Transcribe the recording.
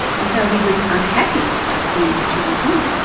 and so he was unhappy about sending these children home,